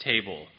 table